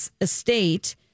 estate